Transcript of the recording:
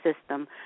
system